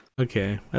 Okay